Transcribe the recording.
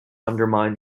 undermine